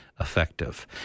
effective